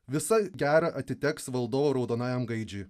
visa gera atiteks valdovo raudonajam gaidžiui